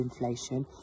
inflation